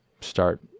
start